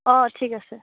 অ ঠিক আছে